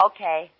Okay